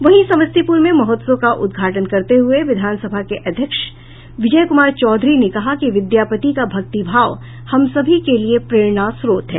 वहीं समस्तीपुर में महोत्सव का उद्घाटन करते हुए विधानसभा के अध्यक्ष विजय कुमार चौधरी ने कहा कि विद्यापति का भक्तिभाव हम सभी के लिए प्रेरणा स्त्रोत है